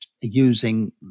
using